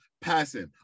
passing